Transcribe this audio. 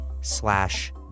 slash